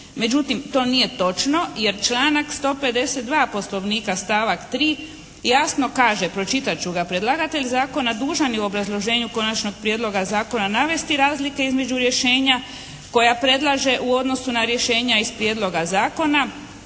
Međutim to nije točno, jer članak 152. Poslovnika stavak 3. jasno kaže, pročitat ću ga: Predlagatelj zakona dužan je u obrazloženju konačnog prijedloga zakona navesti razlike između rješenja koja predlaže u odnosu na rješenja iz prijedloga zakona,